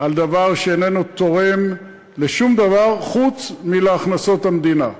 על דבר שאיננו תורם לשום דבר חוץ מאשר להכנסות המדינה,